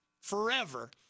forever